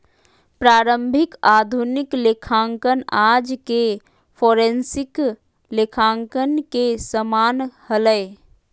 प्रारंभिक आधुनिक लेखांकन आज के फोरेंसिक लेखांकन के समान हलय